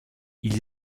ils